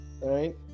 Right